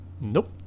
Nope